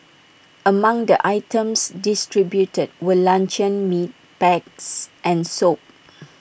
among the items distributed were luncheon meat packs and soap